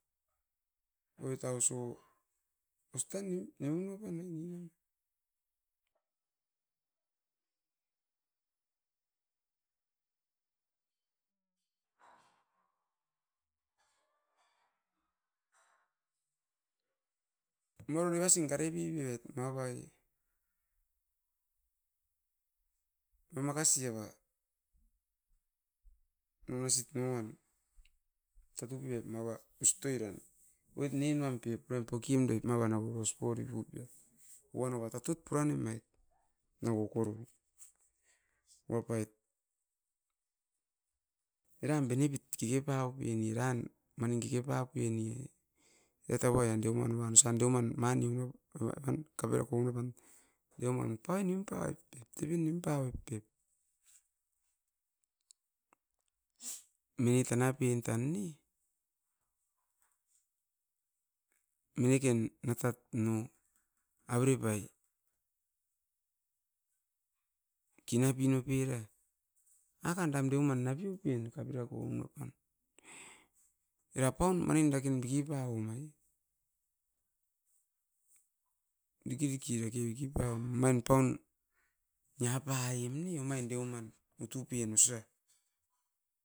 Oit aus o osa tan nununua pan ai, mava oro devasin kare pievait mava ma makasi ava nonosit mava, oro tatau pueroit era, os nenuan pep uruain pokem roit. Mava tatut puro pevait mava ustoiran, oit nenuan pep uruan pokeoim roit ono va tatut pura nevait. No okoro uapait era benepit keke pauo pen eran deu manuan kape rako ounua pan, deuman paui nim pavoi pep, mine deuman kape raut ounua pan tepen nim paoi pep. Mine tana pen tan ne, mineken natat. No avere pai kiwa pino pera akan eram deuman namio pen. Era aupaun main dake biki pauom, diki rake biki pauom, omain paun makasi nim pauoi, deuman mine utu pen osa.